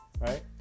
right